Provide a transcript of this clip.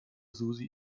susi